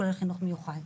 כולל החינוך המיוחד.